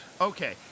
Okay